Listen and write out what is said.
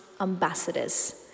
ambassadors